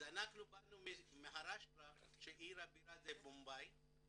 אז אנחנו באנו ממאהאראשטרה שעיר הבירה זה מומבאי.